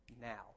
now